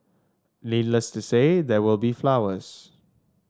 needless to say there will be flowers